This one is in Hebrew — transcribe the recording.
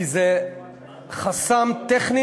כי זה חסם טכני